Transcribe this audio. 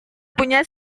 punya